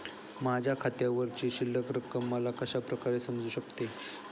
माझ्या खात्यावरची शिल्लक रक्कम मला कशा प्रकारे समजू शकते?